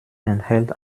enthält